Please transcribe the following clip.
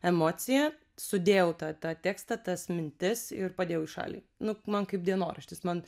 emociją sudėjau tą tą tekstą tas mintis ir padėjau į šalį nu man kaip dienoraštis man